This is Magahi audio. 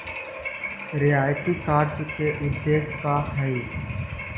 रियायती कर्जा के उदेश्य का हई?